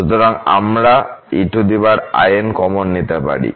সুতরাং আমরা ein common নিতে পারি